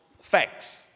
facts